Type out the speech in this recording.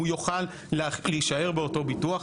והוא יוכל להישאר באותו ביטוח.